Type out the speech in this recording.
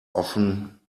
often